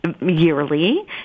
yearly